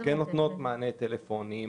מענה טלפוני,